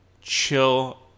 chill